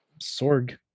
Sorg